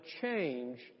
change